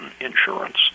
insurance